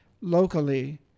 locally